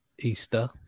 Easter